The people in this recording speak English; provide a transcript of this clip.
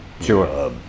Sure